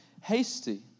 hasty